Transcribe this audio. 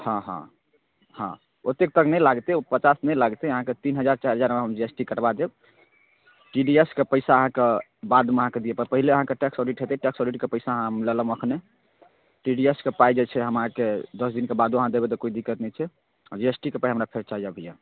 हँ हँ हँ ओतेक तक नहि लागतै पचास नहि लागतै अहाँके तीन हजार चारि हजारमे हम जी एस टी कटबा देब टी डी एस के पइसा अहाँके बादमे अहाँके दिअऽ पड़त पहिले अहाँके टैक्स ऑडिट हेतै टैक्स ऑडिटके पइसा हम लऽ लेब एखने टी डी एस के पाइ जे छै हम अहाँके दस दिनके बादो अहाँ देबै तऽ कोइ दिक्कत नहि छै हँ जी एस टी के पाइ हमरा फेर चाही अभिए